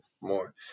more